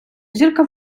зірка